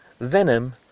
Venom